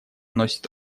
носит